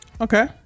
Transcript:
okay